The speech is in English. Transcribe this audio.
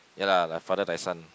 ya lah like father like son